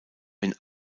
wenn